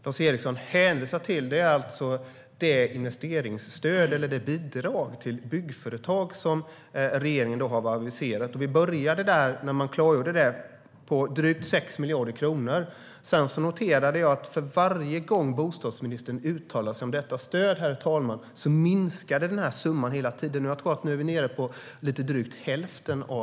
Lars Eriksson hänvisar till det investeringsstöd eller det bidrag till byggföretag som regeringen har aviserat. Vi började där, när man klargjorde det, på drygt 6 miljarder kronor. Sedan noterade jag att för varje gång bostadsministern uttalade sig om stödet, herr talman, minskade summan hela tiden. Jag tror att vi nu är nere på lite drygt hälften.